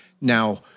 Now